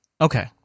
Okay